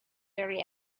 very